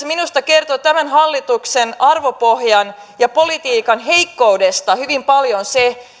minusta kertoo tämän hallituksen arvopohjan ja politiikan heikkoudesta hyvin paljon se